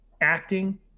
acting